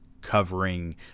covering